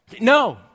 No